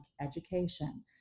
education